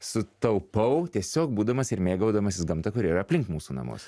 sutaupau tiesiog būdamas ir mėgaudamasis gamta kuri yra aplink mūsų namus